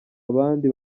abandi